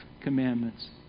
commandments